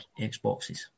Xboxes